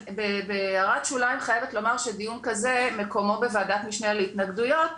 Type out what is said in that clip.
אני בהערת שוליים חייבת לומר שדיון כזה מקומו בוועדת משנה להתנגדויות.